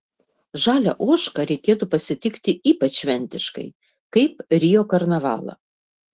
žalią ožką reikėtų pasitikti ypač šventiškai kaip rio karnavalą